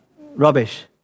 rubbish